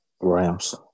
Rams